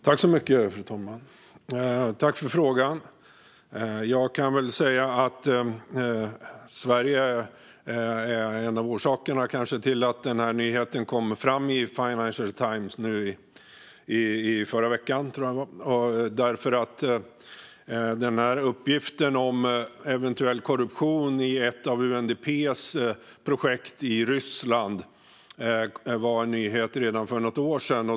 Fru talman! Tack för frågan! Sverige kanske är en av orsakerna till att den här nyheten kom fram i Financial Times förra veckan, tror jag att det var. Uppgiften om eventuell korruption i ett av UNDP:s projekt i Ryssland var en nyhet redan för något år sedan.